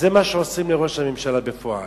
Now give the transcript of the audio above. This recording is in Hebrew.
זה מה שעושים לראש הממשלה בפועל,